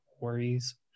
worries